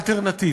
לאלטרנטיבה.